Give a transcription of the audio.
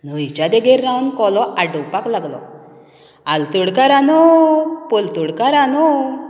न्हंयच्या देगेर रावन कोलो आड्डुपाक लागलो आलतडकारांनो पलतडकारांनो